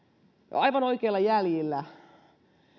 aivan oikeilla jäljillä